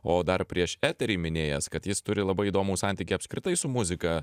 o dar prieš eterį minėjęs kad jis turi labai įdomų santykį apskritai su muzika